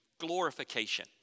glorification